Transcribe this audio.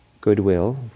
goodwill